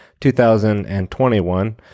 2021